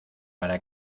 para